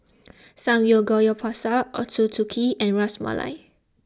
Samgeyopsal Ochazuke and Ras Malai